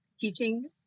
Teaching